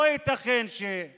לא ייתכן שיש